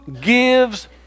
gives